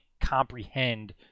comprehend